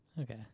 Okay